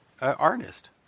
artist